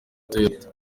toyota